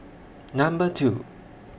Number two